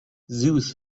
zoos